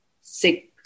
six